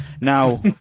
Now